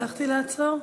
הצלחתי לעצור?